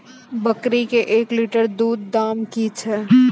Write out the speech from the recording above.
बकरी के एक लिटर दूध दाम कि छ?